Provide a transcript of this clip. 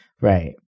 Right